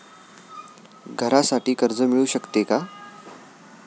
घरासाठी कर्ज मिळू शकते का?